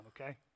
okay